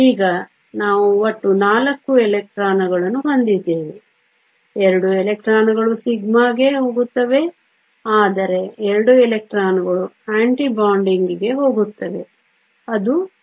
ಈಗ ನಾವು ಒಟ್ಟು 4 ಎಲೆಕ್ಟ್ರಾನ್ಗಳನ್ನು ಹೊಂದಿದ್ದೇವೆ 2 ಎಲೆಕ್ಟ್ರಾನ್ಗಳು σ ಗೆ ಹೋಗುತ್ತವೆ ಆದರೆ 2 ಎಲೆಕ್ಟ್ರಾನ್ಗಳು ಆಂಟಿ ಬಾಂಡಿಂಗ್ಗೆ ಹೋಗುತ್ತವೆ ಅದು σ